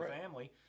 family